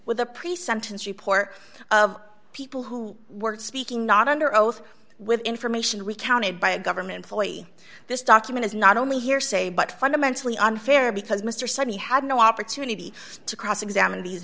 with a pre sentence report of people who were speaking not under oath with information we counted by a government employee this document is not only hearsay but fundamentally unfair because mr sunny had no opportunity to cross examine these